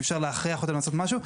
אי אפשר להכריח אותם לעשות משהו.